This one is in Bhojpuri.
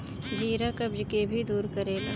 जीरा कब्ज के भी दूर करेला